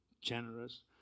generous